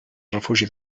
refugi